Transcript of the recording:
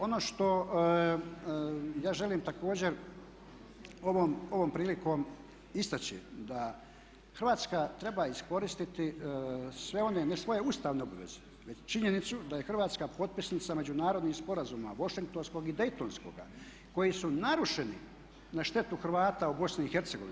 Ono što ja želim također ovom prilikom istaći da Hrvatska treba iskoristiti ne svoje ustavne obveze već i činjenicu da je Hrvatska potpisnica međunarodnih sporazuma, Washingtonskog i Daytonskog, koji su narušeni na štetu Hrvata u BiH.